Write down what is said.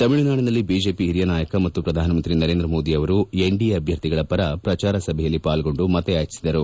ತಮಿಳುನಾಡಿನಲ್ಲಿ ಬಿಜೆಪಿ ಓರಿಯ ನಾಯಕ ಮತ್ತು ಪ್ರಧಾನ ಮಂತ್ರಿ ನರೇಂದ್ರ ಮೋದಿ ಅವರು ಎನ್ಡಿಎ ಅಭ್ಯರ್ಥಿಗಳ ಪರ ಪ್ರಜಾರ ಸಭೆಯಲ್ಲಿ ಪಾಲ್ಗೊಂಡು ಮತಯಾಚಿಸಿದರು